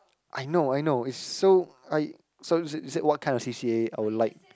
I know I know is so I sorry to say you say what kind of C_C_A I would like